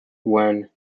when